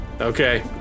okay